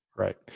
Right